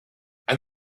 and